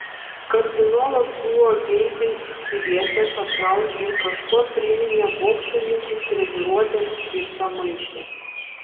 kardinolas buvo geibiai išsirietęs atgal ir kažkuo priminė boksininkų treniruotėms skirtą maišą